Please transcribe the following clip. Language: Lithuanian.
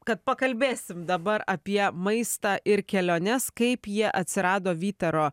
kad pakalbėsim dabar apie maistą ir keliones kaip jie atsirado vytaro